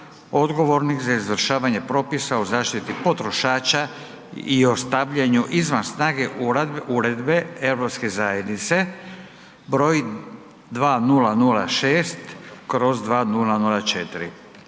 ugovornih za izvršavanje propisa o zaštiti potrošača i ostavljanju izvan snage Uredbe EZ br. 2006/2004,